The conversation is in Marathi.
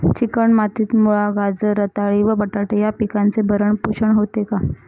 चिकण मातीत मुळा, गाजर, रताळी व बटाटे या पिकांचे भरण पोषण होते का?